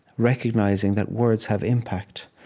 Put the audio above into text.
recognizing that words have impact.